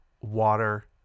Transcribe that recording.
water